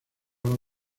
los